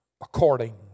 according